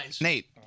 Nate